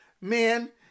men